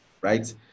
right